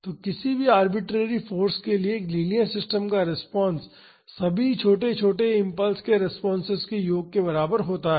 तो किसी भी आरबिटरेरी फाॅर्स के लिए एक लीनियर सिस्टम का रिस्पांस सभी छोटे छोटे इम्पल्स के रेस्पॉन्सेस के योग के बराबर होती है